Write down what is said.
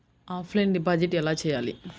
Offline deposit ఎలా చేయాలి?